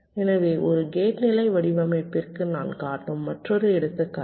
எனவே ஒரு கேட் நிலை வடிவமைப்பிற்கு நான் காட்டும் மற்றொரு எடுத்துக்காட்டு